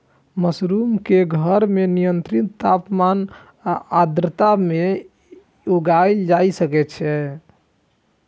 mushroom कें घर मे नियंत्रित तापमान आ आर्द्रता मे उगाएल जा सकै छै